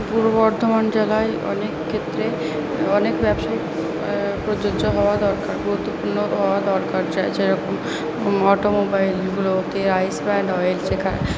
পূর্ব বর্ধমান জেলায় অনেক ক্ষেত্রে অনেক ব্যবসায়ী প্রযোজ্য হওয়া দরকার উন্নত হওয়া দরকার যা যেরকম অটোমোবাইলগুলোতে আইস ব্র্যান্ড ওয়েল যেখা